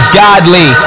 godly